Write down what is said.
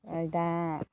आरो दा